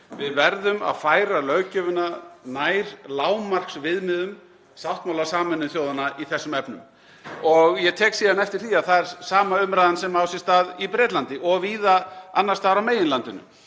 Við verðum að færa löggjöfina nær lágmarksviðmiðum sáttmála Sameinuðu þjóðanna í þessum efnum. Ég tek síðan eftir því að það er sama umræðan sem á sér stað í Bretlandi og víða annars staðar á meginlandinu.